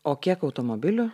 o kiek automobilių